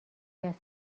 جسد